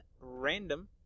random